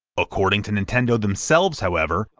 according to nintendo themselves, however,